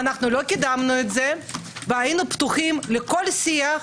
ואנחנו לא קידמנו את זה והיינו פתוחים לכל שיח,